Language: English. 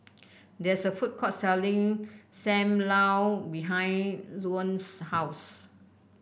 there is a food court selling Sam Lau behind Luanne's house